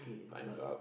time's up